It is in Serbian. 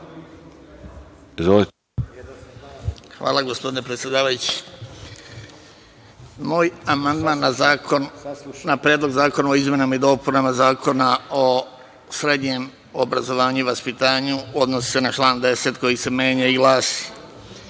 Hvala, gospodine predsedavajući. Moj amandman na Predlog zakona o izmenama i dopunama Zakona o srednjem obrazovanju i vaspitanju odnosi se na član 10. koji se menja i glasi: